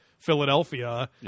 Philadelphia